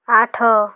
ଆଠ